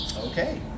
Okay